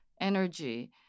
energy